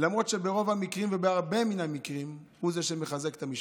למרות שברוב המקרים ובהרבה מן המקרים הוא זה שמחזק את המשפחה.